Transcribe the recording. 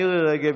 מירי מרים רגב,